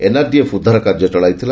NDRF ଉଦ୍ଧାର କାର୍ଯ୍ୟ ଚଳାଇଥିଲା